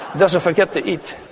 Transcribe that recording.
doesn't forget to eat!